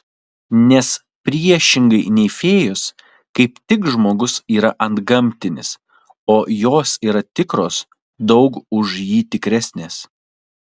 nes priešingai nei fėjos kaip tik žmogus yra antgamtinis o jos yra tikros daug už jį tikresnės